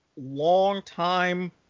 long-time